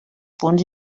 punts